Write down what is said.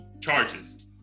charges